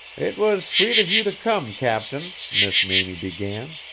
it was sweet of you to come, captain, miss mamie began,